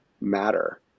matter